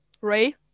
Ray